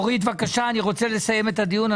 אורית, בבקשה, אני רוצה לסיים את הדיון.